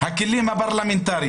הכלים הפרלמנטריים.